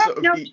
no